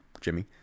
jimmy